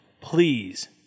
please